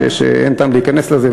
אאין טעם להיכנס לזה,